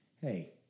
hey